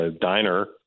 diner